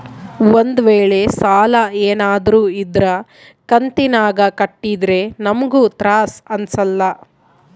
ಒಂದ್ವೇಳೆ ಸಾಲ ಏನಾದ್ರೂ ಇದ್ರ ಕಂತಿನಾಗ ಕಟ್ಟಿದ್ರೆ ನಮ್ಗೂ ತ್ರಾಸ್ ಅಂಸಲ್ಲ